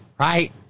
Right